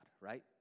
right